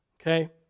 okay